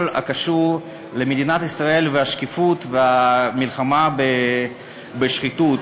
הקשור למדינת ישראל והשקיפות והמלחמה בשחיתות.